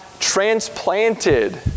transplanted